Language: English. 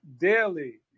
daily